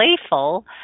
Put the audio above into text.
playful